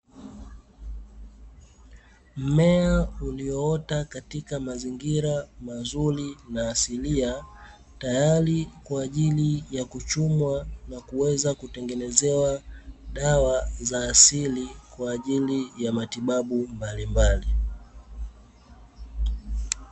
Mmea ulio ota katika mazingira mazuri na asilia, tayari kwaajili ya kuchumwa na kuweza kutengenezewa dawa za asili, kwa ajili ya matibabu mbalimbali.